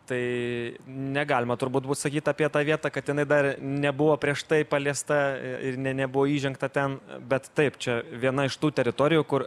tai negalima turbūt būt sakyt apie tą vietą kad jinai dar nebuvo prieš tai paliesta ir nė nebuvo įžengta ten bet taip čia viena iš tų teritorijų kur